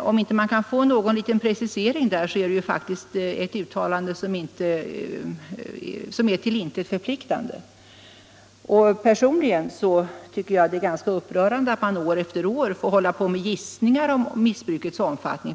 Om man inte kan få någon liten precisering där är det faktiskt ett uttalande som är till intet förpliktande. Personligen tycker jag det är ganska upprörande att man år efter år får hålla på med gissningar om missbrukets omfattning.